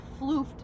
floofed